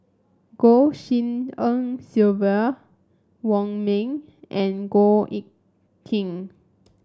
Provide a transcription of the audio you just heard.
Goh Tshin En Sylvia Wong Ming and Goh Eck Kheng